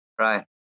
right